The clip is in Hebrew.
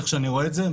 איך שאני רואה את זה,